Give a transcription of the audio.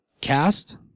cast